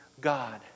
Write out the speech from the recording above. God